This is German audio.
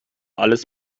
alles